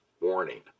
warning